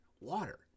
Water